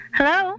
Hello